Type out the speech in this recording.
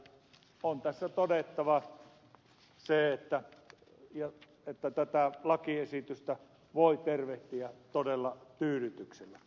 on tässä todettava se että tätä lakiesitystä voi tervehtiä todella tyydytyksellä